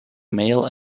male